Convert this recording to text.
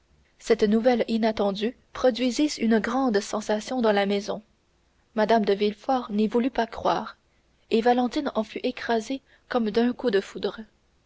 cette nouvelle inattendue produisit une grande sensation dans la maison mme de villefort n'y voulut pas croire et valentine en fut écrasée comme d'un coup de foudre